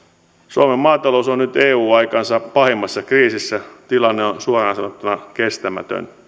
suomen maatalous on nyt eu aikansa pahimmassa kriisissä tilanne on suoraan sanottuna kestämätön